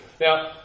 Now